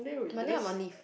Monday I'm on leave